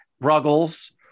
Ruggles